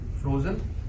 frozen